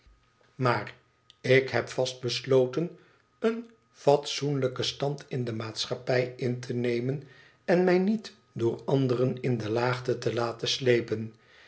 maar ik heb vast besloten een fatsoenlijken stand in de maatschappij in te nemen en mij niet door anderen in de laagte te laten sleepen